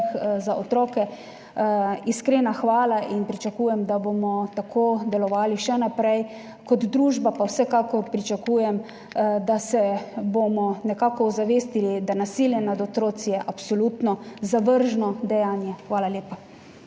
za otroke, iskrena hvala in pričakujem, da bomo tako delovali še naprej, kot družba pa vsekakor pričakujem, da bomo nekako ozavestili, da je nasilje nad otroki absolutno zavržno dejanje. Hvala lepa.